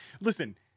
listen